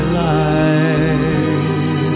life